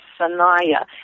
Sanaya